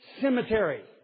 cemetery